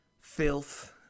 Filth